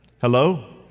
Hello